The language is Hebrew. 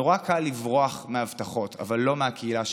נורא קל לברוח מהבטחות, אבל לא מהקהילה שלנו.